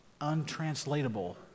untranslatable